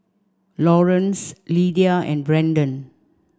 Laurance Lydia and Brandon